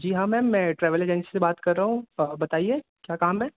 जी हाँ मैम मैं travel agency से बात कर रहा हूँ बताइए क्या काम है